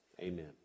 amen